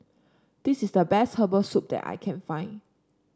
this is the best Herbal Soup that I can find